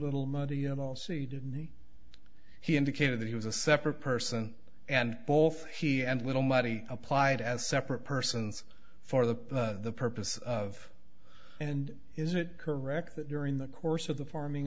little muddy and all seated and he indicated that he was a separate person and both he and little muddy applied as separate persons for the purpose of and is it correct that during the course of the farming